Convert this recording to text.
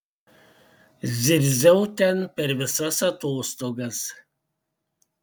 zirziau ten per visas atostogas